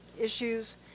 issues